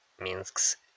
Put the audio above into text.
Minsk's